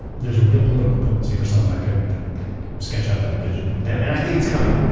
there's a real political potency for someone that could sketch out that vision. and i think it's coming.